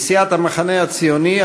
כי סיעת המחנה הציוני,